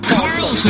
Carlson